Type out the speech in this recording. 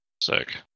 Sick